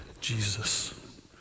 Jesus